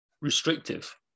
restrictive